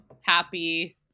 happy